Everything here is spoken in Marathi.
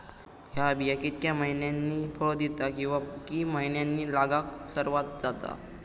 हया बिया कितक्या मैन्यानी फळ दिता कीवा की मैन्यानी लागाक सर्वात जाता?